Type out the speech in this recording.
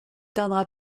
tardera